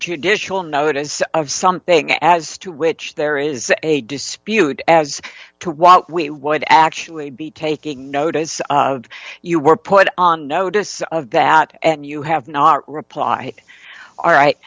judicial notice of something as to which there is a dispute as to what we would actually be taking notice you were put on notice of that and you have not reply aright